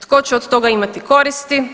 Tko će od toga imati koristi?